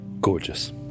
gorgeous